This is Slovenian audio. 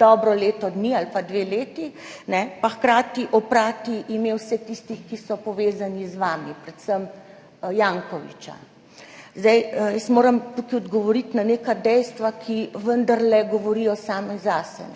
dobro leto dni ali pa dve leti, kajne, hkrati pa oprati imena vseh tistih, ki so povezani z vami, predvsem Jankovića. Jaz moram tukaj odgovoriti na neka dejstva, ki vendarle govorijo sama zase.